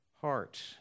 heart